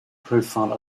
profile